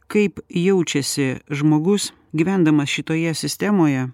kaip jaučiasi žmogus gyvendamas šitoje sistemoje